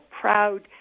proud